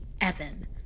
Evan